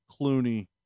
Clooney